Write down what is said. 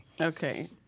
Okay